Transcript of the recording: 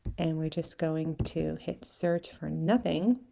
and we're just going to hit search for nothing